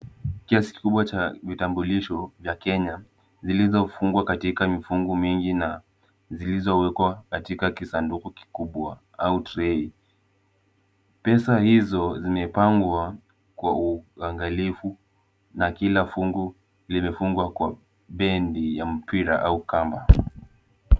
Kiasi kikubwa cha vitambulisho vya Kenya vilivyofungwa katika kifungo mingi na zilizowekwa katika kisanduku kikubwa au trei. Pesa hizo zimepangwa kwa uangalifu na kila fungu limefungwa kwa bendi ya mpira au kamba.